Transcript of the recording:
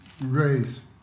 race